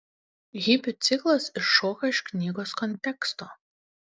hipių ciklas iššoka iš knygos konteksto